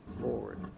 forward